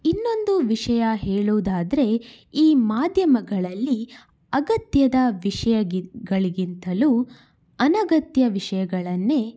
ಇನ್ನೊಂದು ವಿಷಯ ಹೇಳುವುದಾದರೆ ಈ ಮಾಧ್ಯಮಗಳಲ್ಲಿ ಅಗತ್ಯದ ವಿಷಯಗಳಿಗಿಂತಲೂ ಅನಗತ್ಯ ವಿಷಯಗಳನ್ನೇ